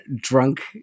drunk